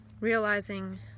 realizing